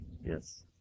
Yes